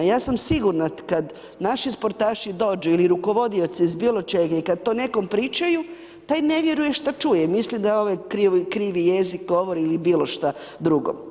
Ja sam sigurna kad naši sportaši dođu, ili rukovodioci iz bilo čega, i kad to nekom pričaju, taj ne vjeruje šta čuje i misli da je ovaj krivi jezik govori ili bilo šta drugo.